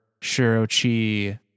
Shirochi